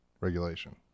regulation